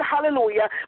hallelujah